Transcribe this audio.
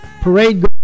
parade